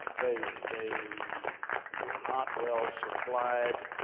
they they were not well supplied.